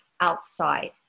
outside